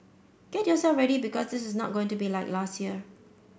get yourself ready because this is not going to be like last year